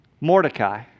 Mordecai